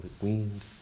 weaned